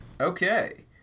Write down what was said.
Okay